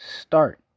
start